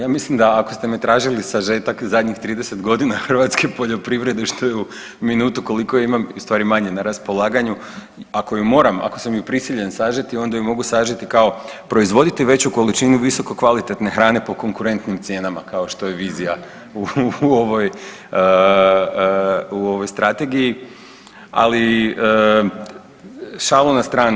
Ja mislim da ako ste me tražili sažetak zadnjih 30.g. hrvatske poljoprivrede što je u minutu koliko imam i u stvari manje na raspolaganju ako ju moram, ako sam ju prisiljen sažeti onda ju mogu sažeti kao proizvoditi veću količinu visoko kvalitetne hrane po konkurentnim cijenama kao što je vizija u ovoj, u ovoj strategiji, ali šalu na stranu.